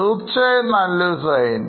തീർച്ചയായും നല്ലൊരു സൈൻ